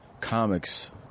comics